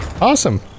Awesome